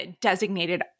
designated